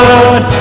Lord